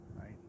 right